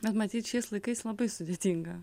bet matyt šiais laikais labai sudėtinga